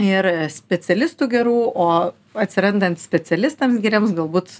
ir specialistų gerų o atsirandant specialistams geriems galbūt